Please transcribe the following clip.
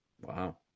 Wow